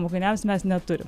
mokiniams mes neturim